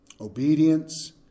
Obedience